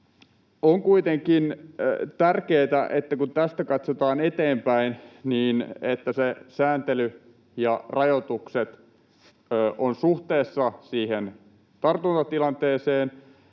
On kuitenkin tärkeätä, kun tästä katsotaan eteenpäin, että sääntely ja rajoitukset ovat suhteessa tartuntatilanteeseen